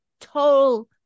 total